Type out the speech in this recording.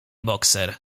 bokser